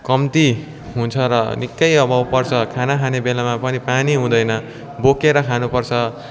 कम्ती हुन्छ र निक्कै अभाव पर्छ खाना खाने बेलामा पनि पानी हुँदैन बोकेर खानु पर्छ